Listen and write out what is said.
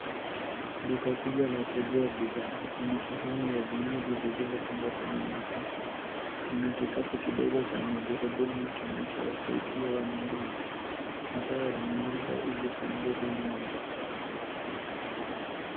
Duka kubwa la kuuzia bidhaa, lina sehemu ya vinywaji vilivyopangwa kwenye masafu. Mna kikapu kidogo cha magurudumu kinachowasaidia wanunuzi. Mataa yamewashwa ili kuongeza mwanga.